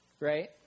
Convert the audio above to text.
right